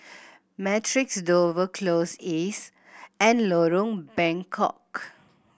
Matrix Dover Close East and Lorong Bengkok